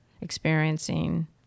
experiencing